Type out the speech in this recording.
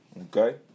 okay